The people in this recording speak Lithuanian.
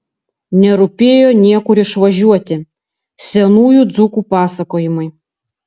nerūpėjo niekur išvažiuoti senųjų dzūkų pasakojimai